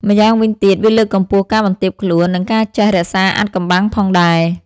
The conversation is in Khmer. ម៉្យាងវិញទៀត វាលើកកម្ពស់ការបន្ទាបខ្លួន និងការចេះរក្សាអាថ៌កំបាំងផងដែរ។